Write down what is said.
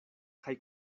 kaj